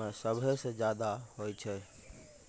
मे सभे से ज्यादा होय छै